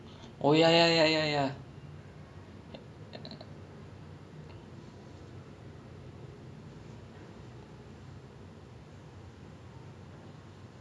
then you are like why is this happening ya ya ya ya then like people always say orh it's a sad song lah but when you say it's a sad song you're not understanding the reason why it's a sad song what makes it a sad song